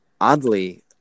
Oddly